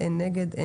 מי נגד?